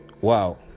wow